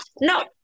No